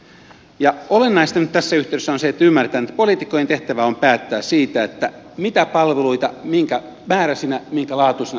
olennaista nyt tässä yhteydessä on se että ymmärretään että poliitikkojen tehtävä on päättää siitä mitä palveluita minkä määräisinä minkä laatuisina ihmisille tarjotaan